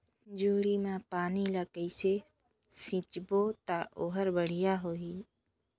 जोणी मा पानी ला कइसे सिंचबो ता ओहार बेडिया होही?